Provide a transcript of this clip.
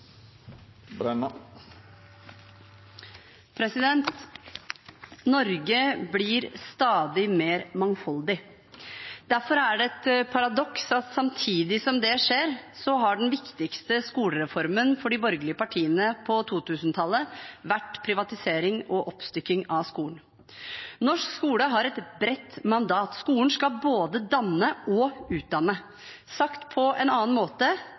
de borgerlige partiene på 2000-tallet vært privatisering og oppstykking av skolen. Norsk skole har et bredt mandat. Skolen skal både danne og utdanne. Sagt på en annen måte: